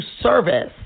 service